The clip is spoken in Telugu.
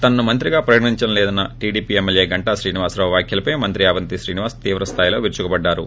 తనను మంత్రిగా పరిగణించడం లేదన్న టీడీపీ ఎమ్మెల్యే గంటా శ్రీనివాసరావు వ్యాఖ్యలపై మంత్రి అవంతి శ్రీనివాస్ తీవ్రస్గాయిలో విరుచుకుపడారు